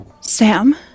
Sam